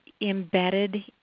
Embedded